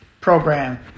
program